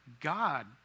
God